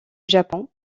japon